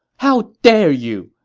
how dare you!